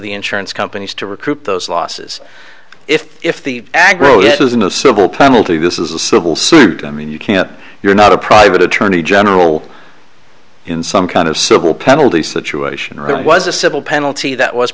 the insurance companies to recoup those losses if the agro isn't a civil penalty this is a civil suit i mean you can't you're not a private attorney general in some kind of civil penalty situation room was a civil penalty that was